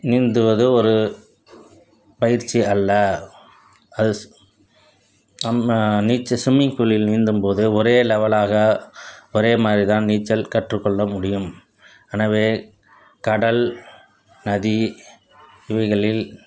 நீந்துவது ஒரு பயிற்சி அல்ல அது ஸ் நம்ம நீச்ச ஸ்விம்மிங் ஃபூலில் நீந்தும்போது ஒரே லெவலாக ஒரே மாதிரி தான் நீச்சல் கற்றுக்கொள்ள முடியும் எனவே கடல் நதி இவைகளில்